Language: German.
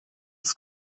des